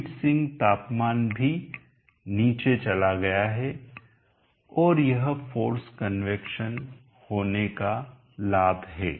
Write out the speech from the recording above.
heat sink तापमान भी नीचे चला गया है और यह फोर्स कन्वैक्शन होने का लाभ है